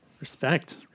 Respect